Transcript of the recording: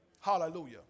Hallelujah